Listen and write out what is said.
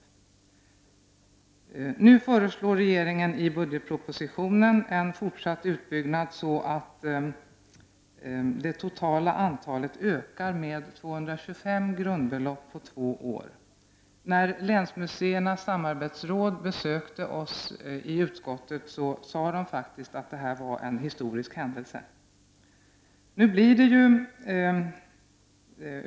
Regeringen föreslår nu i budgetpropositionen en fortsatt utbyggnad, så att det totala antalet grundbelopp ökar med 225 på två år. När länsmuseernas samarbetsråd besökte oss i utskottet framhöll dess representanter att detta var en historisk händelse.